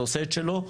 זה עושה את שלו.